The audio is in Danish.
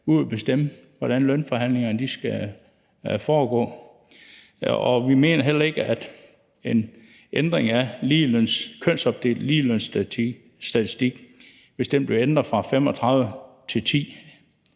ud at bestemme, hvordan lønforhandlingerne skal foregå, og vi mener heller ikke, at en ændring af kønsopdelt ligelønsstatistik, altså en ændring fra 35 til 10